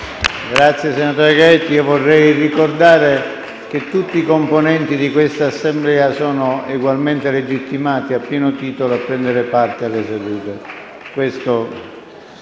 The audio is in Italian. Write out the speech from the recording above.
apre una nuova finestra"). Vorrei ricordare che tutti i componenti di questa Assemblea sono egualmente legittimati a pieno titolo a prendere parte alle sedute. [ROMANI